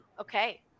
Okay